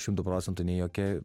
šimtu procentų nei jokia